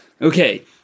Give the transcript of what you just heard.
Okay